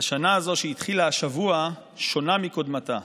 השנה הזו, שהתחילה השבוע, שונה מקודמתה,